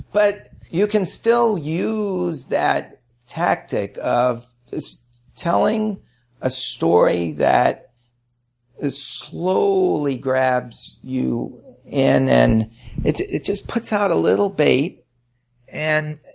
but you can still use that tactic of telling a story that slowly grabs you in and it it just puts out a little bait and